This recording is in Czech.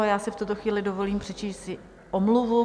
Já si v tuto chvíli dovolím přečíst omluvu.